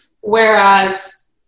Whereas